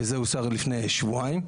וזה הוסר לפני שבועיים.